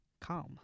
Calm